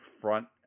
front